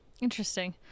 Interesting